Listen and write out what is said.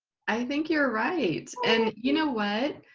i think you're right and you know what?